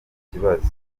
ikibazo